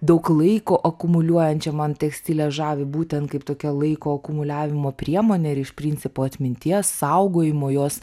daug laiko akumuliuojančią man tekstilė žavi būtent kaip tokia laiko akumuliavimo priemonė ir iš principo atminties saugojimo jos